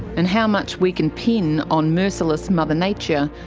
and how much we can pin on merciless mother nature,